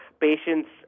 patients